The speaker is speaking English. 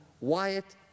Wyatt